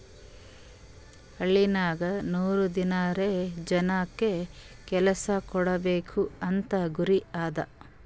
ಹಳ್ಳಿನಾಗ್ ನೂರ್ ದಿನಾರೆ ಜನಕ್ ಕೆಲ್ಸಾ ಕೊಡ್ಬೇಕ್ ಅಂತ ಗುರಿ ಅದಾ